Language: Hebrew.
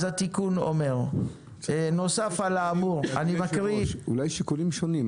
אולי שיקולים שונים?